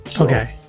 Okay